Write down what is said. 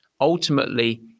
ultimately